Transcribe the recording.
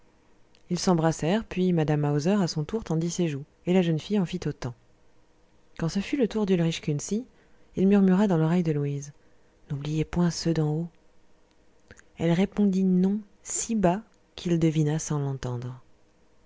ils s'embrassèrent puis mme hauser à son tour tendit ses joues et la jeune fille en fit autant quand ce fut le tour d'ulrich kunsi il murmura dans l'oreille de louise n'oubliez point ceux d'en-haut elle répondit non si bas qu'il devina sans l'entendre